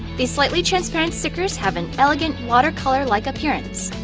these slightly transparent stickers have an elegant watercolor-like appearance.